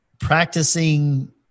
practicing